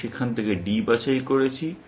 আমি সেখান থেকে D বাছাই করেছি